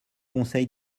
conseil